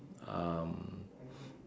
um